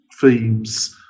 themes